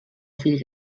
fill